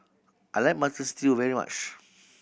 I like Mutton Stew very much